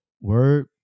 Word